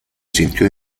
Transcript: sintió